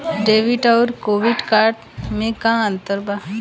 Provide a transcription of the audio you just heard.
Debit आउर credit card मे का अंतर बा?